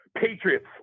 Patriots